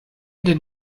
did